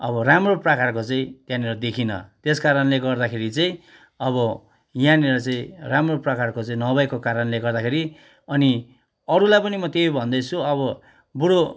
अब राम्रो प्रकारको चाहिँ त्यहाँनिर देखिनँ त्यसकारणले गर्दाखेरि चाहिँ अब यहाँनिर चाहिँ राम्रो प्रकारको चाहिँ नभएको कारणले गर्दाखेरि अनि अरूलाई पनि म त्यही भन्दैछु अब बरू